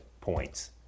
points